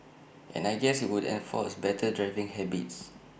and I guess IT would enforce better driving habits